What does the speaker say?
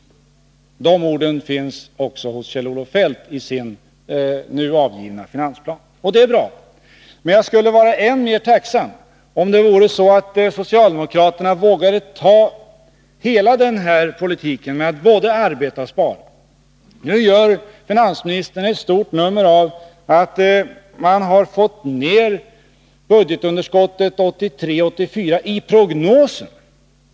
De orden finns också i Kjell-Olof Feldts nu avgivna finansplan. Det är bra, men jag skulle vara än mer tacksam om socialdemokraterna vågade gå in för denna politik i dess helhet, både när det gäller att arbeta och när det gäller att spara. Nu gör finansministern ett stort nummer av att man har fått ned budgetunderskottet 1983/84 i prognosen.